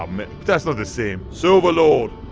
um that's not the same! silver lord,